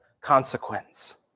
consequence